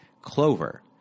Clover